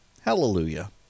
Hallelujah